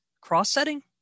cross-setting